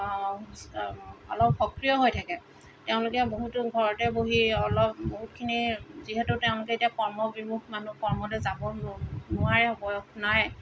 অলপ সক্ৰিয় হৈ থাকে তেওঁলোকে বহুতো ঘৰতে বহি অলপ বহুতখিনি যিহেতু তেওঁলোকে এতিয়া কৰ্মবিমুখ মানুহ কৰ্মলৈ যাব নোৱাৰে বয়স নাই